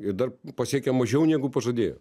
ir dar pasiekia mažiau negu pažadėjo